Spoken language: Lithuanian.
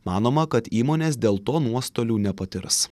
manoma kad įmonės dėl to nuostolių nepatirs